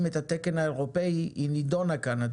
את התקן האירופאי היא נידונה כאן,